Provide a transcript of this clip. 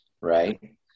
right